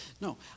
No